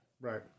Right